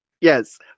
Yes